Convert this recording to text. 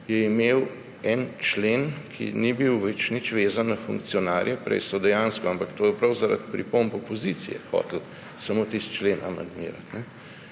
je imel en člen, ki ni bil nič več vezan na funkcionarje – prej so dejansko, ampak to je prav zaradi pripomb opozicije, hoteli samo tisti člen amandmirati